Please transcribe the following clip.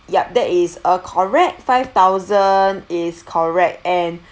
yup that is uh correct five thousand is correct and